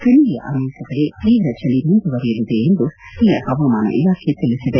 ಕಣಿವೆಯ ಅನೇಕ ಕಡೆ ತೀವ್ರ ಚಳಿ ಮುಂದುವರಿಯಲಿದೆ ಎಂದು ಸ್ವಳೀಯ ಹವಾಮಾನ ಇಲಾಖೆ ತಿಳಿಸಿದೆ